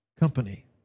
company